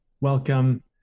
Welcome